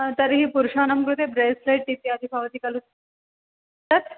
तर्हि पुरुषाणां कृते ब्रेस्लैट् इत्यादि भवति खलु तत्